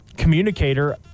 Communicator